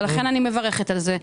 ולכן אני מברכת על זה.